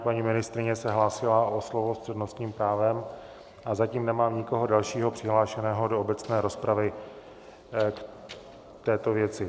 Paní ministryně se hlásila o slovo s přednostním právem a zatím nemám nikoho dalšího přihlášené do obecné rozpravy v této věci.